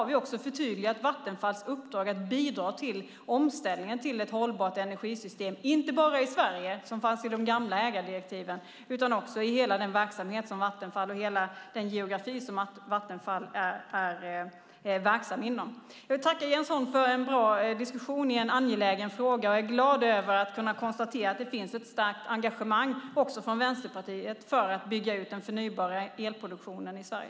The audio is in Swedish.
Vi har förtydligat Vattenfalls uppdrag att bidra till omställningen till ett hållbart energisystem, inte bara i Sverige - som i de gamla ägardirektiven - utan till hela den verksamhet och hela den geografi som Vattenfall är verksamt inom. Jag vill tacka Jens Holm för en bra diskussion i en angelägen fråga. Jag är glad över att kunna konstatera att det finns ett starkt engagemang också i Vänsterpartiet för att bygga ut den förnybara elproduktionen i Sverige.